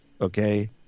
Okay